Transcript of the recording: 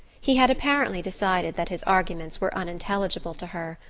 he had apparently decided that his arguments were unintelligible to her,